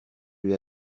lui